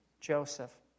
Joseph